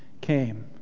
came